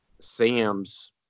Sam's